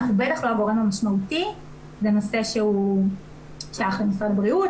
אנחנו בטח לא הגורם המשמעותי לנושא שהוא שייך למשרד הבריאות,